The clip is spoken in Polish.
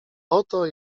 oto